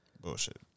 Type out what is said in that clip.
Bullshit